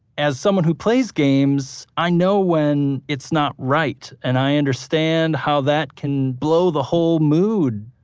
as someone who plays games, i know when it's not right and i understand how that can blow the whole mood.